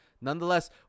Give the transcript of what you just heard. Nonetheless